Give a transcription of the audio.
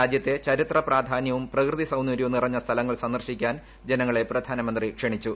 രാജ്യത്തെ ചരിത്ര പ്രാധാന്യവും പ്രകൃതി സൌന്ദര്യവും നിറഞ്ഞ സ്ഥലങ്ങൾ സന്ദർശിക്കാൻ ജനങ്ങളെ പ്രധാനമന്ത്രി ക്ഷണിച്ചു